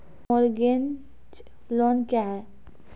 Mortgage loan क्या है?